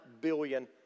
billion